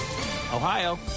Ohio